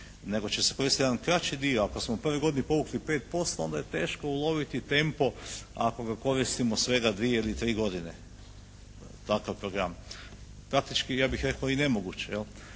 nego će se koristiti jedan kraći dio. Ako smo u prvoj godini povukli 5% onda je teško uloviti tempo ako ga koristimo svega dvije ili tri godine, takav program. Praktički ja bih rekao i nemoguće,